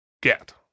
get